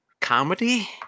comedy